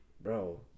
Bro